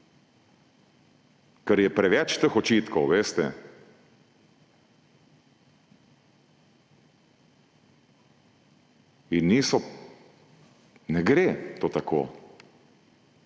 Ker je preveč teh očitkov, veste. Ne gre to tako.